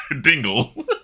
Dingle